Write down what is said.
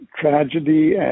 tragedy